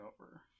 over